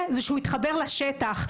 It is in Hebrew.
ושיתחבר לשטח.